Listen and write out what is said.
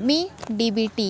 me D B T